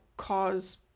cause